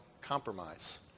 compromise